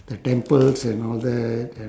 the temples and all that and